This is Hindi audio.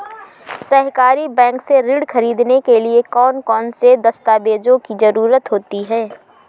सहकारी बैंक से ऋण ख़रीदने के लिए कौन कौन से दस्तावेजों की ज़रुरत होती है?